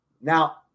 Now